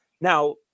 Now